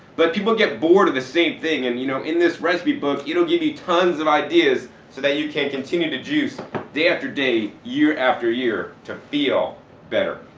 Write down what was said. but people get bored of the same thing, and you know in this recipe book, it'll give you tons of ideas so that you can continue to juice day after day, year after year to feel better.